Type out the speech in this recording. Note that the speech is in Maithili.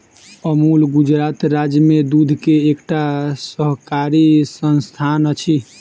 अमूल गुजरात राज्य में दूध के एकटा सहकारी संस्थान अछि